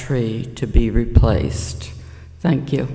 tree to be replaced thank you